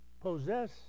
possess